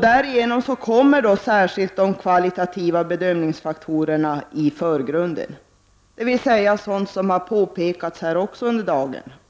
Därigenom kommer särskilt de kvalitativa bedömningsfaktorerna i förgrunden, dvs. sådant som